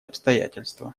обстоятельства